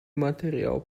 material